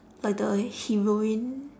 like the heroine